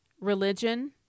religion